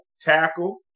tackle